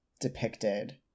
depicted